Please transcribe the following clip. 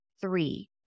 three